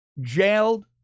jailed